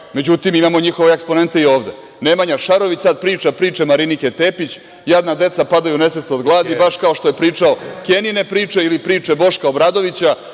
Međutim, imamo njihove eksponente i ovde. Nemanja Šarović sada priča priče Marinike Tepić – jadna deca padaju u nesvest od gladi, baš kao što je pričao Kenine priče ili priče Boška Obradovića